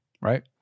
Right